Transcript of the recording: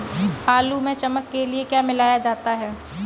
आलू में चमक के लिए क्या मिलाया जाता है?